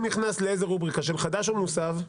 לאיזה רובריקה זה נכנס, של חדש או מוסב?